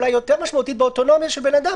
אולי יותר משמעותית באוטונומיה של בן אדם,